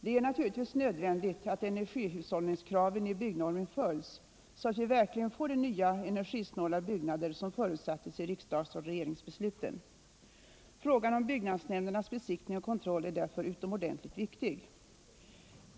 Det är naturligtvis nödvändigt att energihushållningskraven i byggnormen följs, så att vi verkligen får de nya energisnåla byggnader som förutsattes i riksdagsoch regeringsbesluten. Frågan om byggnadsnämndernas besiktning och kontroll är därför utomordentligt viktig.